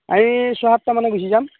এই ছয় সাতটা মানুহ গুচি যাম